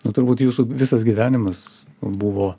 nu turbūt jūsų visas gyvenimas buvo